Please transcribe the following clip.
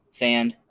sand